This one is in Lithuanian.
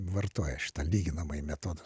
vartoja šitą lyginamąjį metodą sa